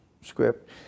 script